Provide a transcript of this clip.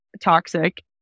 toxic